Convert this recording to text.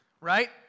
right